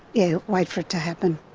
yeah, wait for it to happen.